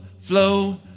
flow